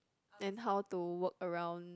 and how to work around